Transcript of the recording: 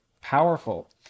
powerful